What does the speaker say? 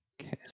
Okay